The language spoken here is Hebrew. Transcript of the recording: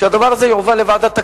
שהדבר הזה יועבר לוועדת הכנסת,